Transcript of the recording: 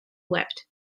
wept